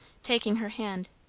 taking her hand.